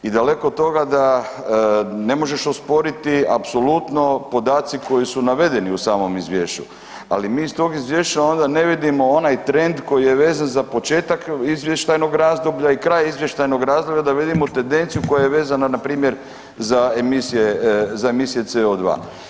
I daleko od toga da ne možeš osporiti apsolutno podaci koji su navedeni u samom izvješću, ali mi iz tog izvješća onda ne vidimo onaj trend koji je vezan za početak izvještajnog razdoblja i kraj izvještajnog razdoblja da vidimo tendenciju koja je vezana npr. za emisije, za emisije CO2.